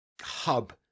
hub